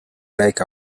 like